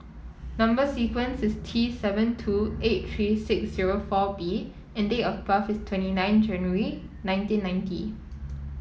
number sequence is T seven two eight three six zero four B and date of birth is twenty nine January nineteen ninety